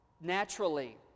Naturally